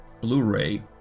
Blu-ray